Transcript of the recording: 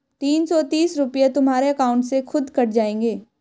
तीन सौ तीस रूपए तुम्हारे अकाउंट से खुद कट जाएंगे